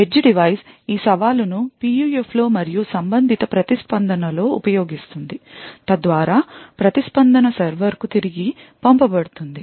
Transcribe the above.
edge device ఈ సవాలు ను PUF లో మరియు సంబంధిత ప్రతిస్పందన లో ఉపయోగిస్తుంది తద్వారా ప్రతిస్పందన సర్వర్కు తిరిగి పంపబడుతుంది